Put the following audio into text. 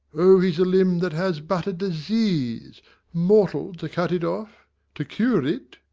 o, he's a limb that has but a disease mortal, to cut it off to cure it,